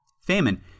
Famine